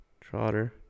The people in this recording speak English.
Trotter